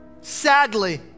Sadly